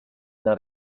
not